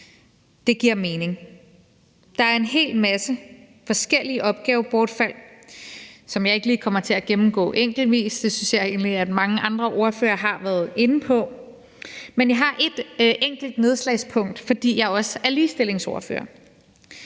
giver mening. Der er en hel masse forskellige opgavebortfald, som jeg ikke lige kommer til at gennemgå enkeltvis; det synes jeg egentlig at mange andre ordførere har været inde på. Men jeg har et enkelt nedslagspunkt, fordi jeg også er ligestillingsordfører.